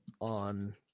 on